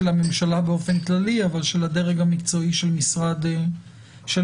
הממשלה באופן כללי אבל של הדרג המקצועי של משרד הבריאות.